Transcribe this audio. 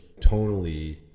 tonally